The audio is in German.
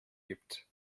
gibt